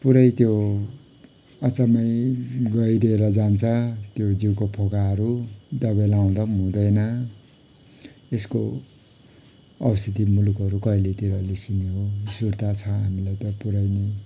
पुरै त्यो अचम्मै गहिरेर जान्छ त्यो जिउको फोकाहरू दबाई लाउँदा पनि हुँदैन त्यसको औषधी मुलोहरू कहिलेतिर निस्किने हो सुर्ता छ हामीलाई त पुरै नै